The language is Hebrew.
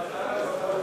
אבל בכל זאת,